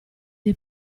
dei